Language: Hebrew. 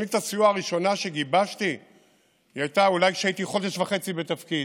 תוכנית הסיוע הראשונה שגיבשתי הייתה כשהייתי אולי חודש וחצי בתפקיד.